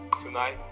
tonight